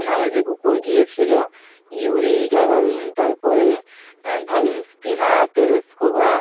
নামে যে কুকুর গিয়েছিল ইউরি গ্যাগারিন তারপরে ভ্যালেনতিনা তেরেস্কোভা